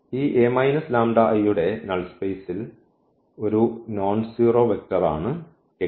ഈ A λI യുടെ null സ്പേസിൽ ഒരു നോൺസീറോ വെക്റ്ററാണ് x